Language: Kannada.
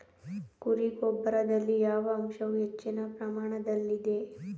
ಕುರಿ ಗೊಬ್ಬರದಲ್ಲಿ ಯಾವ ಅಂಶವು ಹೆಚ್ಚಿನ ಪ್ರಮಾಣದಲ್ಲಿದೆ?